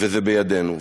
וזה בידינו.